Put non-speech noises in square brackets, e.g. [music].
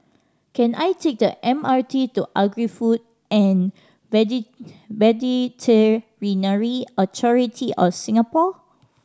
can I take the M R T to Agri Food and [unintelligible] Authority of Singapore